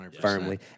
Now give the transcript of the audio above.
Firmly